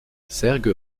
serge